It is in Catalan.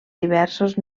diversos